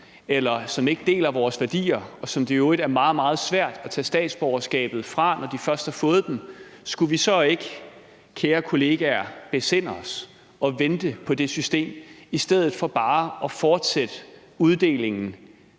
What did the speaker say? eller som ikke deler vores værdier, og som det i øvrigt er meget, meget svært at tage statsborgerskabet fra, når de først har fået det, skulle vi så ikke, kære kollegaer, besinde os og vente på det system i stedet for bare at fortsætte uddelingen